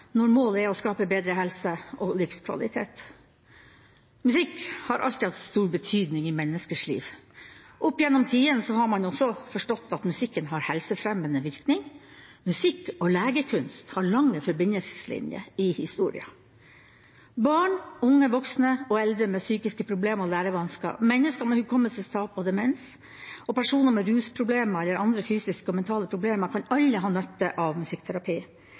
når målet er å skape bedre helse og livskvalitet. Musikk har alltid hatt stor betydning i menneskers liv. Opp gjennom tidene har man også forstått at musikken har helsefremmende virkning. Musikk og legekunst har lange forbindelseslinjer i historien. Barn, unge, voksne og eldre med psykiske problemer og lærevansker, mennesker med hukommelsestap og demens og personer med rusproblemer eller andre fysiske og mentale problemer kan alle ha nytte av musikkterapi.